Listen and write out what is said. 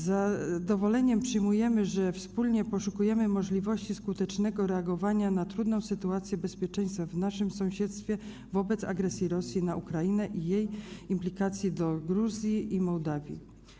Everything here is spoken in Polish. Z zadowoleniem przyjmujemy, że wspólnie poszukujemy możliwości skutecznego reagowania na trudną sytuację w zakresie bezpieczeństwa w naszym sąsiedztwie wobec agresji Rosji na Ukrainę i jej implikacji dla Gruzji i Mołdawii.